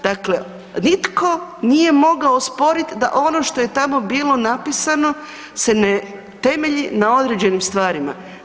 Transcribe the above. Dakle, nitko nije mogao sporit da ono što je tamo bilo napisano se ne temelji na određenim stvarima.